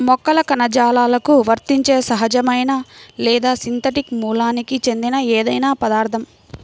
మొక్కల కణజాలాలకు వర్తించే సహజమైన లేదా సింథటిక్ మూలానికి చెందిన ఏదైనా పదార్థం